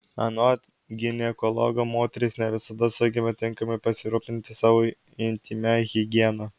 anot ginekologo moterys ne visada sugeba tinkamai pasirūpinti savo intymia higiena